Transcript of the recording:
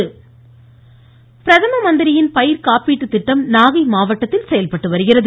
Nagai voice பிரதம மந்திரியின் பயிர் காப்பீட்டு திட்டம் நாகை மாவட்டத்தில் செயல்பட்டு வருகிறது